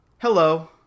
Hello